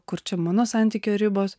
kur čia mano santykio ribos